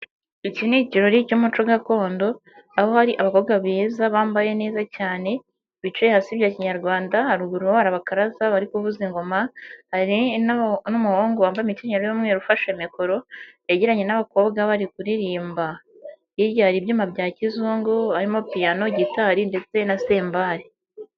Iki ni ikirori cy'umuco gakondo aho hari abakobwa beza bambaye neza cyane bicaye hasi bya kinyarwanda, haruguru hari abakaraza bari kuvuza ingoma, hari n'umuhungu wambaye imikenyero y'umweru ufashe mikoro, yegeranye n'abakobwa bari kuririmba, hirya hari ibyuma bya kizungu harimo piyano, gitari ndetse na sembari.